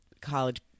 college